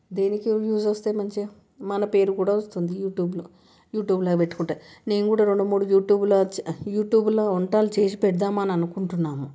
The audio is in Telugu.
దీనికి వ్యూస్ వస్తాయి మంచిగా మన పేరు కూడా వస్తుంది యూట్యూబ్లో యూట్యూబ్లో పెట్టుకుంటే నేను కూడా రెండు మూడు యూట్యూబ్లో వచ్చా యూట్యూబ్లో వంటలు చేసి పెడదాం అని అనుకుంటున్నాను